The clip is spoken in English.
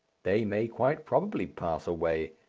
they may quite probably pass away.